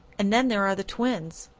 and then there are the twins.